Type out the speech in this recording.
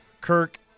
Kirk